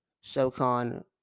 SoCon